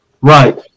Right